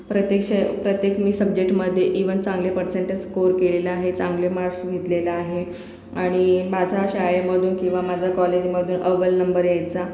प्रत्यक्ष प्रत्येक मी सब्जेक्टमध्ये इव्हन चांगले परसेन्टच स्कोअर केलेला आहे चांगले मार्क्स घेतलेलं आहे आणि माझा शाळेमधून किंवा माझा कॉलेजमधून अव्वल नंबर यायचा